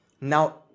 Now